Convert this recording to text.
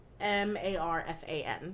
M-A-R-F-A-N